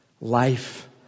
Life